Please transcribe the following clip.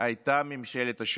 הייתה ממשלת השינוי.